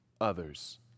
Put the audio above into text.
others